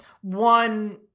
one